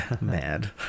mad